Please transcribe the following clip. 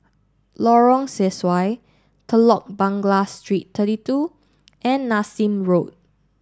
Lorong Sesuai Telok Blangah Street thirty two and Nassim Road